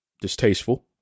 distasteful